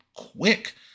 Quick